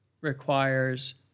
requires